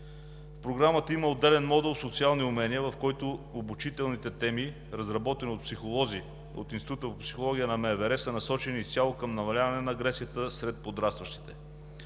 Програмата има отделен модул „Социални умения“, в който обучителните теми, разработени от психолози от Института по психология на МВР, са насочени изцяло към намаляване на агресията сред подрастващите.